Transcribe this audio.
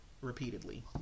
repeatedly